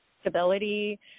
stability